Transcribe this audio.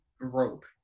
rope